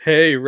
Hey